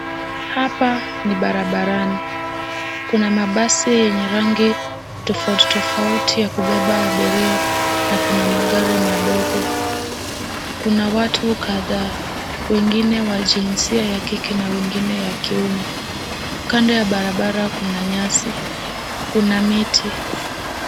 Hapa ni barabarani. Kuna mabasi yenye rangi tofauti tofauti ya kubeba abiria na kuna magari madogo. Kuna watu kadhaa, wengine wa jinsia ya kike na wengine ya kiume. Kando ya barabara kuna nyasi. Kuna miti.